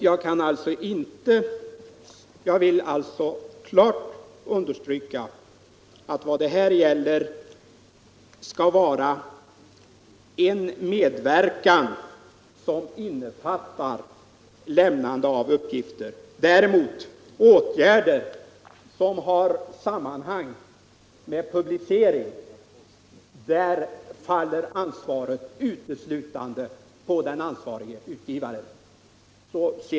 Jag vill alltså klart understryka att vad det här gäller skall vara en medverkan som innefattar lämnande av uppgifter. När det däremot gäller åtgärder som har sammanhang med publicering faller ansvaret uteslutande på den ansvarige utgivaren.